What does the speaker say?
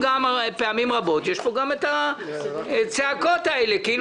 פעמים רבות נשמעות פה גם את הצעקות כאילו